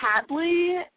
Hadley